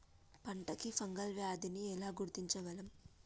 పంట కి ఫంగల్ వ్యాధి ని ఎలా గుర్తించగలం?